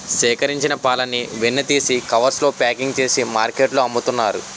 సేకరించిన పాలని వెన్న తీసి కవర్స్ లో ప్యాకింగ్ చేసి మార్కెట్లో అమ్ముతున్నారు